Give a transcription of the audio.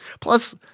Plus